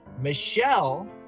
Michelle